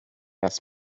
das